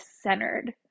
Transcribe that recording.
centered